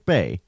Bay